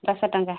ଦଶ ଟଙ୍କା